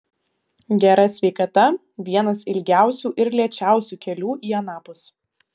gera sveikata vienas ilgiausių ir lėčiausių kelių į anapus